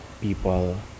people